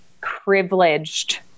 privileged